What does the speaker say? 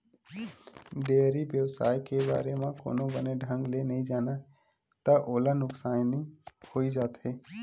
dairy बेवसाय के बारे म कोनो बने ढंग ले नइ जानय त ओला नुकसानी होइ जाथे